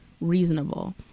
reasonable